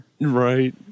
right